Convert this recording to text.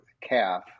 calf